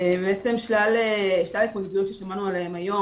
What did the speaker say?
בעצם שלל התמודדויות ששמענו עליהן היום.